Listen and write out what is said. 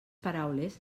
paraules